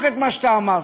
חברי אקוניס,